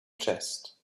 chest